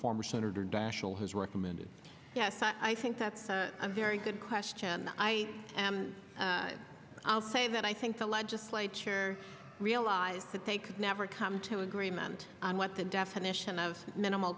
former senator daschle has recommended yes i think that's a very good question i will say that i think the legislature realized that they could never come to agreement on what the definition of minimal